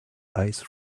ice